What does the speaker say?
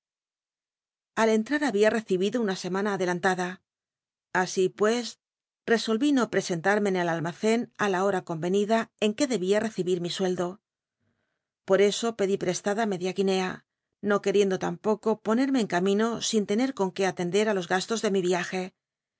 al cnhar había recibido una semana adelanta ra así pues rcsohí no present ume en el almaeen á la hora con'cnida en que debía recibir mi sueldo por eso pedí prestada media guinea no quel'iendo lampoco poncrme en camin o siu tener con qué atender los gastos de mi iaje